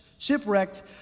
Shipwrecked